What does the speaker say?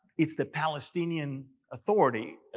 it's the palestinian authority,